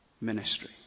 ministry